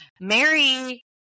mary